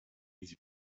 easy